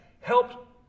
helped